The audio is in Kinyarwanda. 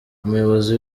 umuyobozi